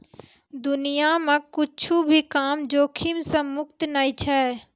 दुनिया मे कुच्छो भी काम जोखिम से मुक्त नै छै